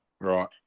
Right